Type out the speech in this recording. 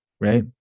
right